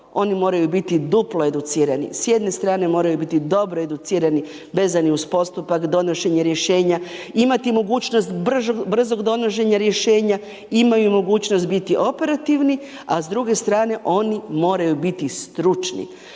oni moraju biti duplo educirani, s jedne strane moraju biti dobro educirani, vezani uz postupak, donošenje rješenja, imati mogućnost brzog donošenja rješenja, imaju i mogućnost biti operativni a s druge strane oni moraju biti stručni.